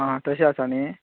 आं तशें आसा न्ही